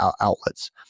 outlets